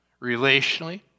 relationally